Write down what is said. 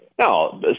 No